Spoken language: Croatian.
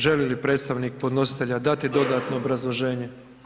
Želi li predstavnik podnositelja dati dodatno obrazloženje?